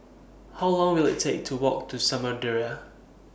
How Long Will IT Take to Walk to Samudera